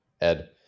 Ed